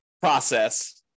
process